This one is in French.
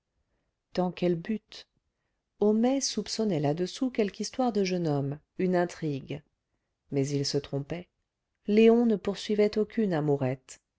dans quel but homais soupçonnait là-dessous quelque histoire de jeune homme une intrigue mais il se trompait léon ne poursuivait aucune amourette